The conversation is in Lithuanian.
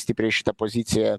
stipriai šita pozicija